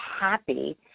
happy